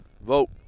Vote